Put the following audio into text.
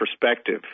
perspective